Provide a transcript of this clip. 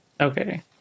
Okay